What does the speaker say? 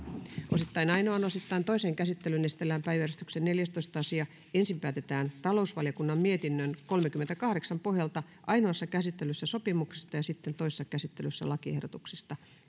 osittain ainoaan osittain toiseen käsittelyyn esitellään päiväjärjestyksen neljästoista asia ensin päätetään talousvaliokunnan mietinnön kolmekymmentäkahdeksan pohjalta ainoassa käsittelyssä sopimuksesta ja sitten toisessa käsittelyssä lakiehdotuksista